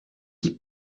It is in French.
qui